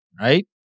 right